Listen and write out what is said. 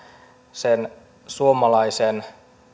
sen suomalaisen